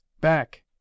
Back